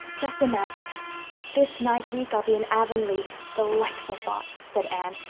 just imagine this night week i'll be in avonlea delightful thought! said anne,